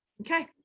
okay